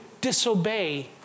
disobey